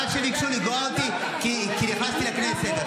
עד שביקשו לגרוע אותי כי נכנסתי לכנסת.